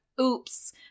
Oops